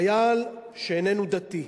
חייל שאיננו דתי,